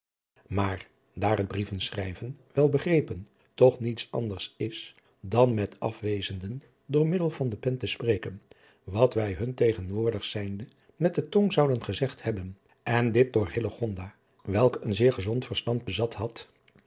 maar daar het brieven schrijven wel begrepen toch niets anders is dan met afwezenden door middel van de pen te spreken wat wij hun tegenwoordig zijnde met de tong zouden gezegd hebben en dit door hillegonda welke een zeer gezond verstand bezat had